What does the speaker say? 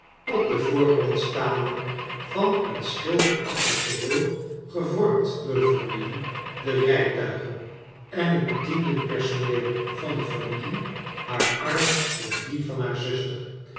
op den voorgrond staande van een schilderachtig geheel gevormd door de familie de rijtuigen en het bedien denpersoneel van de familie haar arm door dien van haar zuster